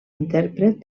intèrpret